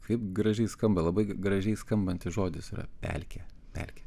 kaip gražiai skamba labai gražiai skambantis žodis yra pelkė pelkė